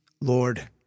Lord